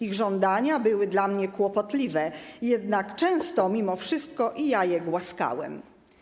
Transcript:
Ich żądania były dla mnie kłopotliwe, jednak często mimo wszystko i ja je głaskałem.